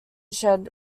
shed